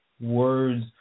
words